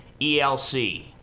ELC